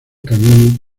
camino